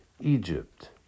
Egypt